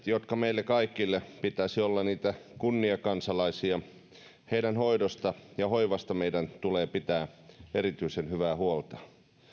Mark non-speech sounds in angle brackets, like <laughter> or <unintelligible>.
<unintelligible> jotka meille kaikille pitäisi olla niitä kunniakansalaisia hoidosta ja hoivasta meidän tulee pitää erityisen hyvää huolta